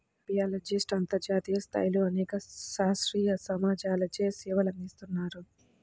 అపియాలజిస్ట్లు అంతర్జాతీయ స్థాయిలో అనేక శాస్త్రీయ సమాజాలచే సేవలందిస్తున్నారు